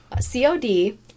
COD